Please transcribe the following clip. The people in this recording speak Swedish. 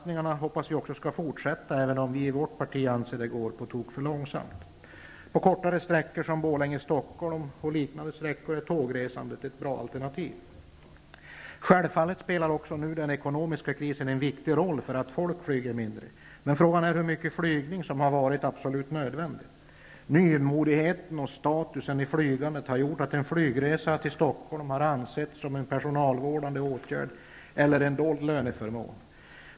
Vi hoppas att tågsatsningar skall fortsätta, även om vi i vårt parti anser att det går på tok för långsamt. På kortare sträckor som Borlänge--Stockholm och liknande är tågresandet ett bra alternativ. Självfallet spelar den ekonomiska krisen en viktig roll för att folk nu flyger mindre. Men frågan är hur mycket flygning som har varit absolut nödvändig. Nymodigheten och statusen i flygandet har gjort att en flygresa till Stockholm har ansetts som en personalvårdande åtgärd eller en dold löneförmån.